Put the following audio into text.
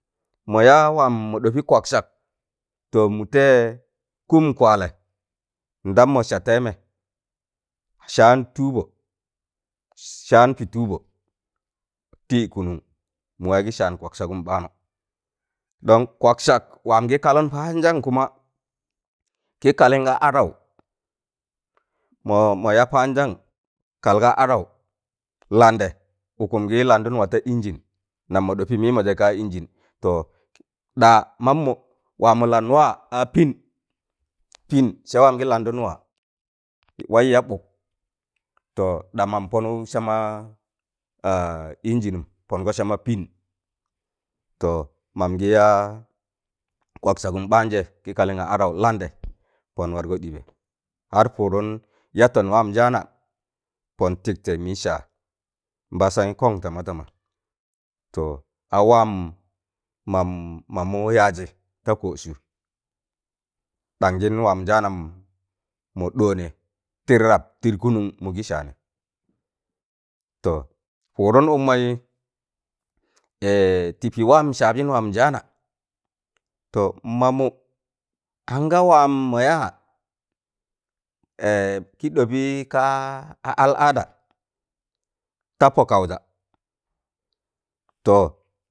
Mọya waam mọ ɗọpị kwaksak to mu tẹị kụm kwaalẹ ndam ma saa teme saan tụụbọ saan pi tubu tịị kụnụn mụwaị gị saan kwaksagụm ɓaanụ don kwaksak waan gị kalụn paandan kuma kị kalịn ga adaụ mo mo ya pendan kal ga adau landẹ 'ụkuṃgị landụn waa ta ingin nam mọ ɗọpị mịmọjẹ kaa ingine to ɗa mamu̱ waa mo landwa a pịn pịn se wam gi landun wa wai ya ɓuk to dammun ponuk sama inginum n pongo sama pin to mam gi ya kwaksagum ɓaanjẹ kị kalịn ga adaụ landẹ pọn wargọ ɗịbẹ har pụụdụn yatọn waama njaana pọn tịktẹ mị saa nbasanyiị kọng tama tama to a waan mam mamụ yaajị ta kọ sụ ɗanjịn waamụ njaanam mọ ɗọọnẹ tịr rab tịr kụnụn mụgị saanị to pụụdụn ụk mọyị tịpị waan saabjịn waam njaana to mamụ anga waam mọyaa kị ɗọbị kaa a alada tapọ kaụja to